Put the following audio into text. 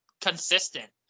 consistent